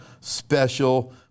special